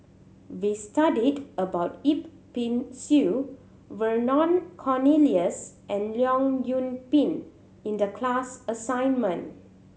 we studied about Yip Pin Xiu Vernon Cornelius and Leong Yoon Pin in the class assignment